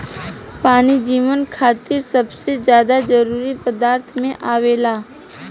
पानी जीवन खातिर सबसे ज्यादा जरूरी पदार्थ में आवेला